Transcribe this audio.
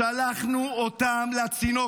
שלחנו אותם לצינוק.